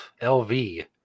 LV